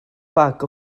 bag